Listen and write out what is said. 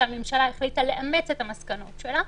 שהממשלה החליטה לאמץ את המסקנות שלה.